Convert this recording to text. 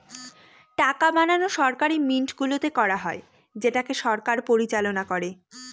টাকা বানানো সরকারি মিন্টগুলোতে করা হয় যেটাকে সরকার পরিচালনা করে